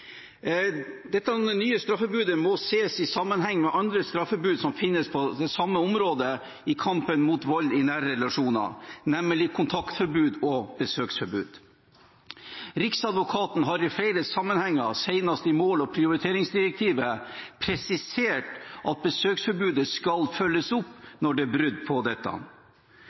Dette nye straffebudet må ses i sammenheng med andre straffebud som finnes på det samme området i kampen mot vold i nære relasjoner, nemlig kontaktforbud og besøksforbud. Riksadvokaten har i flere sammenhenger, senest i mål- og prioriteringsdirektivet, presisert at besøksforbudet skal følges opp når det er brudd på dette.